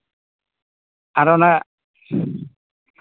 ᱟᱨ ᱚᱱᱮ